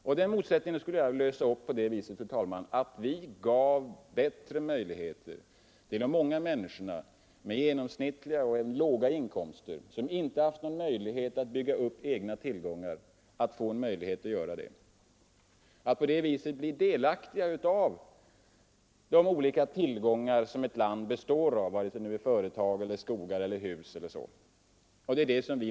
Den motsättningen skulle jag vilja lösa på det viset, fru talman, att vi gav bättre förutsättningar till de många människor med genomsnittliga eller låga inkomster, vilka inte har haft någon möjlighet att bygga upp egna tillgångar, att kunna göra det och på det viset bli delaktiga av de olika tillgångar som ett land har, vare sig det nu är företag, skogar eller hus. Detta menar vi med ägardemokrati.